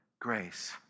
grace